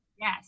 Yes